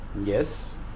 Yes